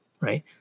right